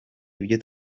ibyo